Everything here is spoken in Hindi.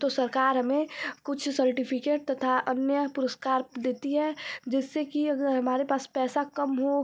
तो सरकार हमें कुछ सर्टिफिकेट तथा अन्य पुरस्कार देती है जिससे कि अगर हमारे पास पैसा कम हो